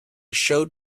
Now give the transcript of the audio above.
showed